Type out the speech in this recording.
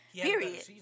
Period